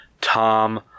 Tom